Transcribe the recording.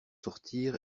sortir